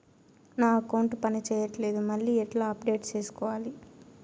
నా అకౌంట్ పని చేయట్లేదు మళ్ళీ ఎట్లా అప్డేట్ సేసుకోవాలి?